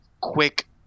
quick